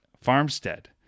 Farmstead